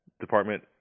Department